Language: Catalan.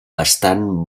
bastant